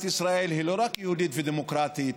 ישראל היא לא רק יהודית ודמוקרטית,